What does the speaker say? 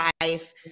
life